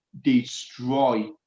destroy